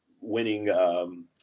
winning